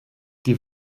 die